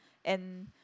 and